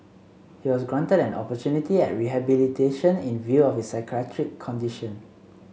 he was granted an opportunity at rehabilitation in view of his psychiatric condition